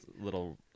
little